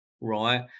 right